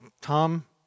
Tom